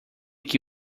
que